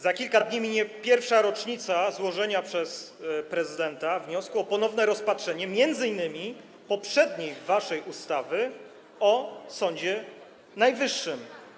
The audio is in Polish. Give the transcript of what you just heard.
Za kilka dni minie pierwsza rocznica złożenia przez prezydenta wniosku o ponowne rozpatrzenie m.in. poprzedniej waszej ustawy o Sądzie Najwyższym.